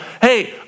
hey